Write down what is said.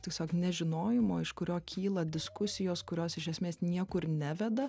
tiesiog nežinojimo iš kurio kyla diskusijos kurios iš esmės niekur neveda